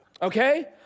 Okay